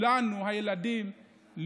הילדים,